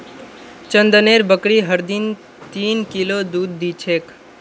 चंदनेर बकरी हर दिन तीन किलो दूध दी छेक